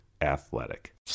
ATHLETIC